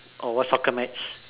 or watch soccer match